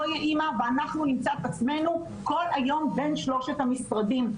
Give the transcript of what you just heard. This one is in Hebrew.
לא יהיה אימא ואנחנו נמצא את עצמנו כל היום בין שלושת המשרדים.